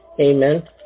Amen